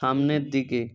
সামনের দিকে